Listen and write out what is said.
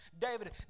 David